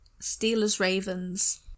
Steelers-Ravens